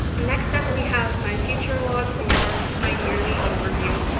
next step, we have my future log or my yearly overview.